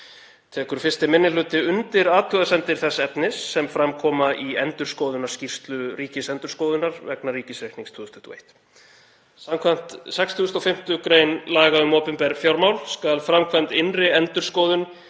Tekur 1. minni hluti undir athugasemdir þess efnis sem fram koma í endurskoðunarskýrslu Ríkisendurskoðunar vegna ríkisreiknings 2021. Samkvæmt 65. gr. laga um opinber fjármál skal framkvæmd innri endurskoðun